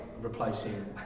replacing